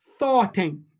thoughting